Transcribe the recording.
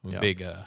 Big